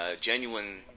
genuine